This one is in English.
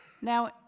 Now